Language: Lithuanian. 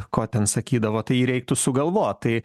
ko ten sakydavo tai jį reiktų sugalvot tai